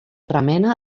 remena